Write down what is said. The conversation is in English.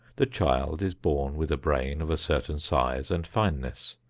the child is born with a brain of a certain size and fineness.